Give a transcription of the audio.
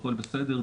הכול בסדר,